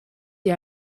die